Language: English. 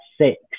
six